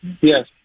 Yes